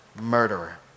murderer